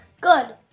Good